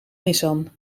nissan